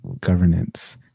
governance